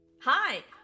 Hi